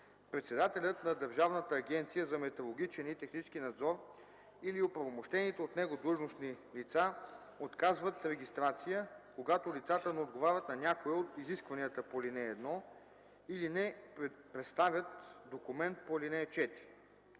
Председателят на Държавната агенция за метрологичен и технически надзор или оправомощените от него длъжностни лица отказват регистрация, когато лицата не отговарят на някое от изискванията по ал. 1 или не представят документ по ал. 4.